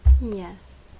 Yes